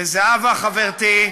וזהבה חברתי,